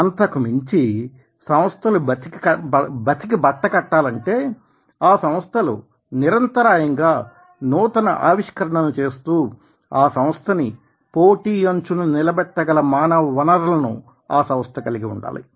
అంతకుమించి సంస్థలు బ్రతికి బట్ట కట్టాలంటే ఆ సంస్థలు నిరంతరాయంగా నూతన ఆవిష్కరణలను చేస్తూ ఆ సంస్థని పోటీ అంచున నిలబెట్టగల మానవ వనరులను ఆ సంస్థ కలిగి ఉండాలి